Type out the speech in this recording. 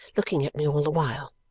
looking at me all the while.